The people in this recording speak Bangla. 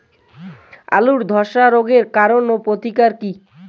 আলুর ধসা রোগের কারণ ও প্রতিকার কি?